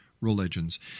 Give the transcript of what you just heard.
religions